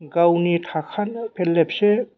गावनि थाखानाय फेरलेबसे